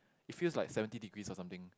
it feels like seventy degrees or something